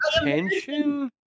attention